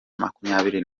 makumyabiri